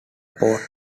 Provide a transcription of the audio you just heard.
port